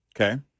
Okay